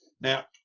Now